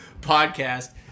podcast